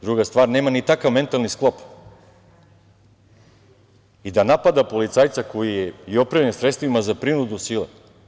Druga stvar, nema ni takav mentalni sklop da napada policajca koji je opremljen sredstvima za prinudu sile.